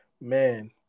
Man